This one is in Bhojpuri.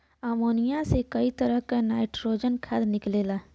अमोनिया से कई तरह क नाइट्रोजन खाद निकलेला